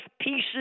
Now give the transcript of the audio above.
pieces